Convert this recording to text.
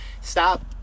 stop